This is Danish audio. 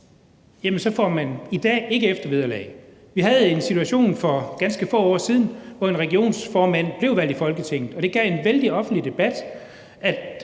får man i dag ikke eftervederlag. Vi havde en situation for ganske få år siden, hvor en regionsformand blev valgt ind i Folketinget, og det gav en voldsom offentlig debat,